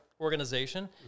organization